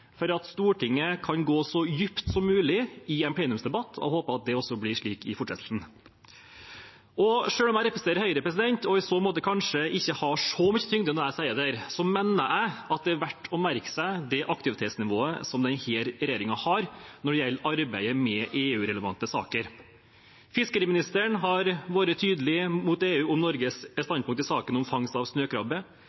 for at Stortinget kan gå så dypt som mulig i en plenumsdebatt. Jeg håper at det blir slik også i fortsettelsen. Selv om jeg representerer Høyre og i så måte kanskje ikke har så mye tyngde når jeg sier dette, mener jeg det er verdt å merke seg det aktivitetsnivået som denne regjeringen har når det gjelder arbeidet med EU-relevante saker. Fiskeriministeren har vært tydelig mot EU om Norges